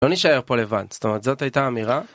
לא נשאר פה לבד, זאת אומרת זאת הייתה אמירה